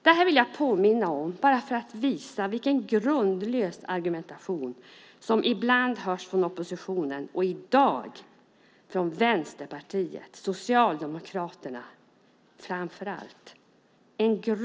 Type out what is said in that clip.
Det här vill jag påminna om bara för att visa vilken grundlös argumentation som ibland hörs från oppositionen, i dag från framför allt Vänsterpartiet och Socialdemokraterna. Fru talman!